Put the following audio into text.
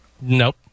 Nope